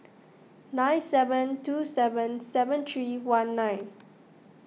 nine seven two seven seven three one nine